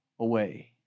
away